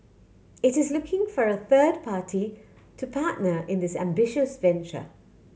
it is looking for a third party to partner in this ambitious venture